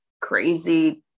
crazy